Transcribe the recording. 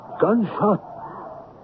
gunshot